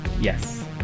Yes